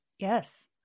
Yes